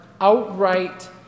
outright